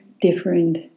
different